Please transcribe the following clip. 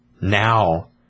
Now